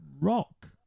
rock